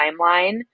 timeline